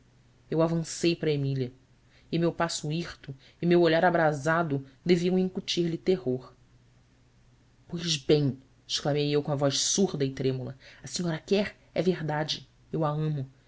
eu avancei para emília e meu passo hirto e meu olhar abrasado deviam incutir-lhe terror ois bem exclamei eu com a voz surda e trêmula senhora quer é verdade eu a amo